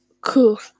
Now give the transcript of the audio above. cool